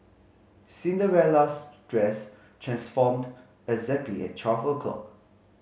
Cinderella's dress transformed exactly at twelve o'clock